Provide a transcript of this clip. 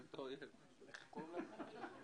מפעל, הדרך הנכונה לעשות את זה בשביל לא